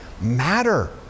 matter